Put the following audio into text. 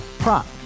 Prop